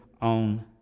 on